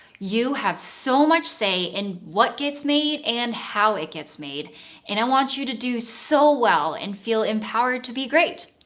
you have so much say and what gets made and how it gets made and i want you to do so well and feel empowered to be great!